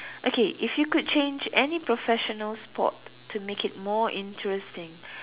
okay if you could change any professional sport to make it more interesting